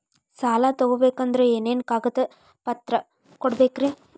ಸಾಲ ತೊಗೋಬೇಕಂದ್ರ ಏನೇನ್ ಕಾಗದಪತ್ರ ಕೊಡಬೇಕ್ರಿ?